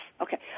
Okay